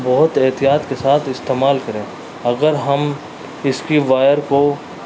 بہت احتیاط کے ساتھ استعمال کریں اگر ہم اس کی وائر کو